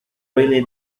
really